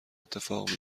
اتفاق